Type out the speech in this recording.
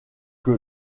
que